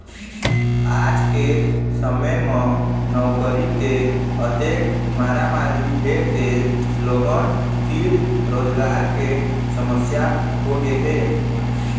आज के समे म नउकरी के अतेक मारामारी हे के लोगन तीर रोजगार के समस्या होगे हे